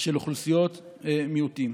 של אוכלוסיות מיעוטים.